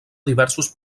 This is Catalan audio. diversos